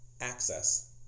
access